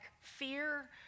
fear